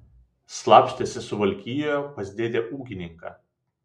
slapstėsi suvalkijoje pas dėdę ūkininką